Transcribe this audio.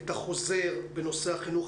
חזרה לחינוך